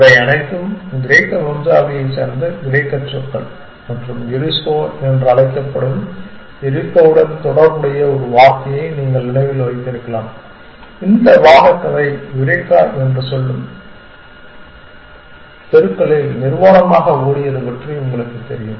இவை அனைத்தும் கிரேக்க வம்சாவளியைச் சேர்ந்த கிரேக்க சொற்கள் மற்றும் யூரிஸ்கோ என்று அழைக்கப்படும் யூரிஸ்கோவுடன் தொடர்புடைய ஒரு வார்த்தையை நீங்கள் நினைவில் வைத்திருக்கலாம் இந்த வாதக் கதை யுரேகா என்று சொல்லும் தெருக்களில் நிர்வாணமாக ஓடியது பற்றி உங்களுக்குத் தெரியும்